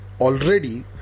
already